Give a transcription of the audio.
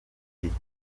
giti